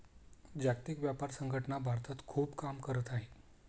जागतिक व्यापार संघटना भारतात खूप काम करत आहे